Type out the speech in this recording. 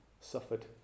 suffered